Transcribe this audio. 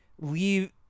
leave